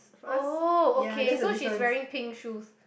oh okay so she's wearing pink shoes